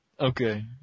Okay